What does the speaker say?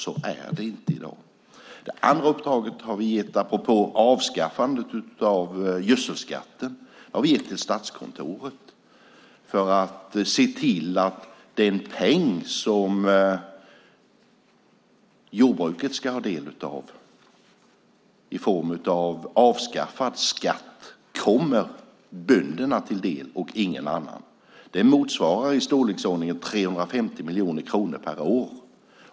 Så är det inte i dag. Det andra uppdraget har vi gett, apropå avskaffandet av gödselskatten, till Statskontoret för att se till att den peng som jordbruket ska ha del av i form av avskaffad skatt kommer bönderna till del och ingen annan. Det motsvarar i storleksordningen 350 miljoner kronor per år.